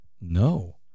no